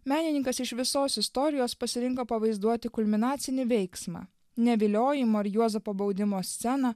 menininkas iš visos istorijos pasirinko pavaizduoti kulminacinį veiksmą ne viliojimo ar juozapo baudimo sceną